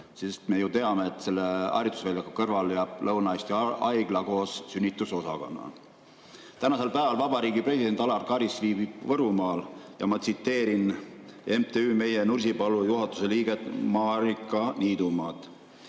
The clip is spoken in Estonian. Me ju teame, et selle harjutusväljaku kõrvale jääb Lõuna-Eesti Haigla koos sünnitusosakonnaga. Täna viibib president Alar Karis Võrumaal ja ma tsiteerin MTÜ Meie Nursipalu juhatuse liiget Maarika Niidumaad: